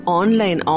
online